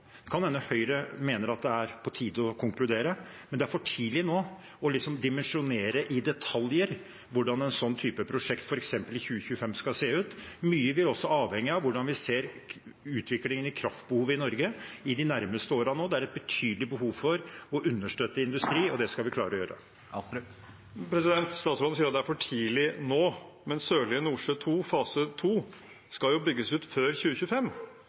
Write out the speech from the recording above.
kan hende Høyre mener at det er på tide å konkludere, men det er for tidlig nå liksom å dimensjonere i detaljer hvordan et sånt prosjekt skal se ut, f.eks. i 2025. Mye vil også avhenge av hvordan vi ser utviklingen i kraftbehovet i Norge i de nærmeste årene nå. Det er et betydelig behov for å understøtte industrien, og det skal vi klare å gjøre. Nikolai Astrup – til oppfølgingsspørsmål. Statsråden sier det er for tidlig nå, men Sørlige Nordsjø II fase 2 skal jo bygges ut før 2025.